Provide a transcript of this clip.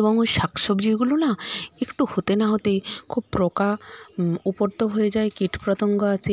এবং ওই শাক সবজিগুলো না একটু হতে না হতেই খুব পোকা উপদ্রব হয়ে যায় কীটপতঙ্গ আছে